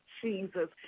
Jesus